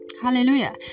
Hallelujah